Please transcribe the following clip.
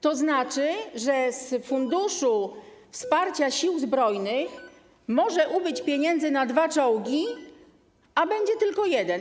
To oznacza, że z Funduszu Wsparcia Sił Zbrojnych może ubyć pieniędzy na dwa czołgi, a będzie tylko na jeden.